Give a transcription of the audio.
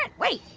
ah wait.